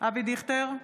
אבי דיכטר,